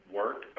work